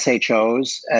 SHOs